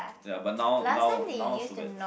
ya but now now now not so bad